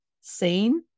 seen